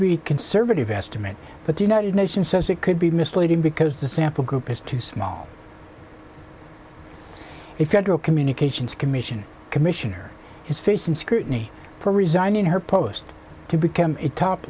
a conservative estimate but the united nations says it could be misleading because the sample group is too small a federal communications commission commissioner is facing scrutiny for resigning her post to become a top